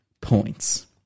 points